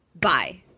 Bye